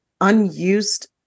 unused